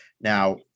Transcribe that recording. Now